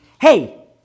Hey